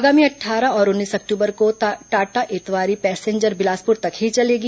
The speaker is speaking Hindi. आगामी अट्ठारह और उन्नीस अक्टूबर को टाटा इतवारी पैंसेजर बिलासपुर तक ही चलेगी